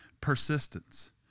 persistence